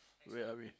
where are we